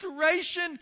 restoration